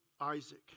Isaac